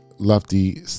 lefty